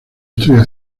estudia